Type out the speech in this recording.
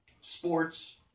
Sports